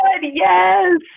yes